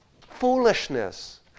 foolishness